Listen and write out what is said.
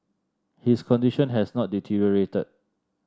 his condition has not deteriorated